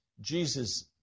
Jesus